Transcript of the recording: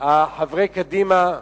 חברי קדימה,